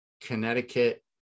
Connecticut